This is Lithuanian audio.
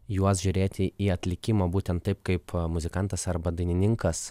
juos žiūrėti į atlikimą būtent taip kaip muzikantas arba dainininkas